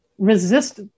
resist